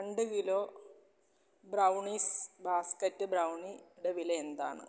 രണ്ട് kilo brownies basket brownie ടെ വില എന്താണ്